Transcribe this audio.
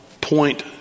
point